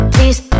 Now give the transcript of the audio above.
Please